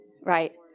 right